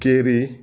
केरी